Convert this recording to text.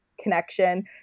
connection